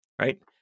right